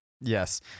Yes